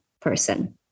person